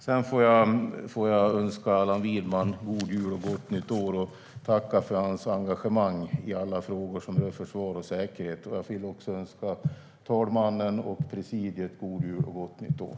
Sedan får jag önska Allan Widman god jul och gott nytt år och tacka för hans engagemang i alla frågor som rör försvar och säkerhet. Jag vill också önska fru talmannen och presidiet god jul och gott nytt år.